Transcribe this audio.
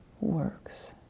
works